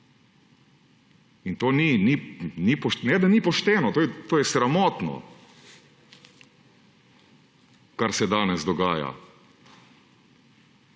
ne da ni pošteno, to je sramotno, kar se danes dogaja!